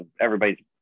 everybody's